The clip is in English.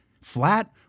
flat